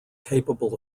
capable